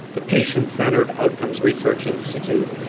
the patient centred outcomes research institute,